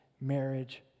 marriage